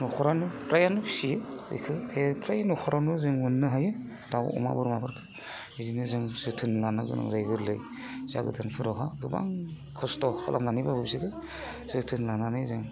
न'खरानो फ्रायानो फियो बेखो फ्राय न'खरावनो जों मोननो हायो दाउ अमा बोरमा फोरखो बिदिनो जों जोथोन लानो गोनां जायो गोरलै जागोदानफोरावहा गोबां खस्थ' खालामनानै फिनानै जोथोन लानानै जों